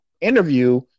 interview